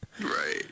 Right